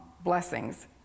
blessings